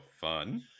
fun